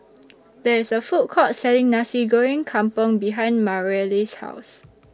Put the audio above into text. There IS A Food Court Selling Nasi Goreng Kampung behind Mareli's House